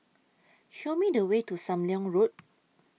Show Me The Way to SAM Leong Road